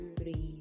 three